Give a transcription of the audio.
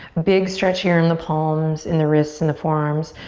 big stretch here in the palms, in the wrists and the forearms.